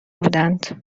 بودند